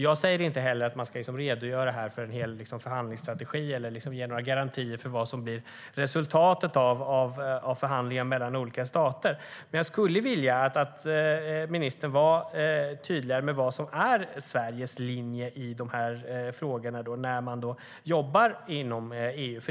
Jag säger inte heller att man ska redogöra för en hel förhandlingsstrategi eller ge några garantier för vad som blir resultatet av förhandlingen mellan olika stater. Jag skulle dock vilja att ministern var tydligare med vad som är Sveriges linje i de här frågorna när man jobbar inom EU.